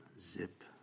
Zip